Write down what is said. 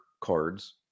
cards